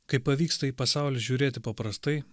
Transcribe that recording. kaip pavyksta į pasaulį žiūrėti paprastai